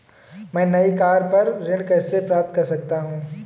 मैं नई कार पर ऋण कैसे प्राप्त कर सकता हूँ?